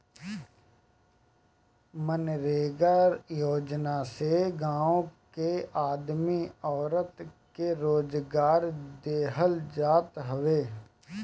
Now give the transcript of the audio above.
मनरेगा योजना से गांव के आदमी औरत के रोजगार देहल जात हवे